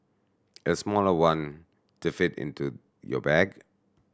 a smaller one to fit into your bag